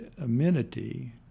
amenity